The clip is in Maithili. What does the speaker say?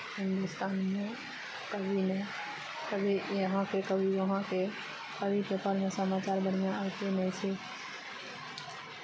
हिन्दुस्तानमे कभी नहि कभी यहाँके कभी वहाँके कभी पेपरमे समाचार बढ़िआँ अयते नहि छै